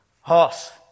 Hoss